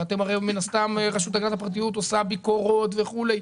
ומן הסתם רשות הגנת הפרטיות עושה ביקורות וכולי.